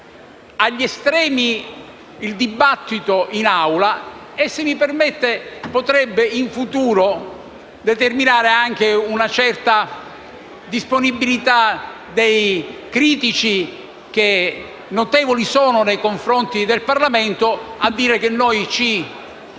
agli estremi il dibattito in Aula e, se mi permette, potrebbe in futuro determinare anche una certa disponibilità dei critici, che sono notevoli nei confronti del Parlamento, a dire che ci interessiamo